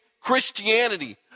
Christianity